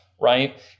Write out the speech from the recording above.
right